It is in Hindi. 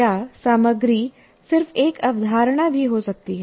या सामग्री सिर्फ एक अवधारणा भी हो सकती है